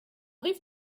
rive